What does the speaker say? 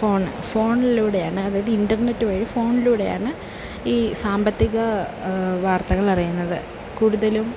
phone ഫോണിലൂടെയാണ് അതായത് internet വഴി ഫോണിലൂടെയാണ് ഈ സാമ്പത്തിക വാർത്തകൾ അറിയുന്നത് കൂടുതലും